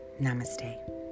Namaste